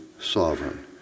sovereign